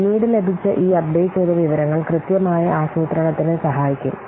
പിന്നീട് ലഭിച്ച ഈ അപ്ഡേറ്റ് ചെയ്ത വിവരങ്ങൾ കൃത്യമായ ആസൂത്രണത്തിന് സഹായിക്കും